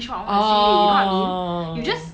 orh